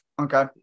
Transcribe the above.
Okay